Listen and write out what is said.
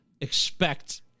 expect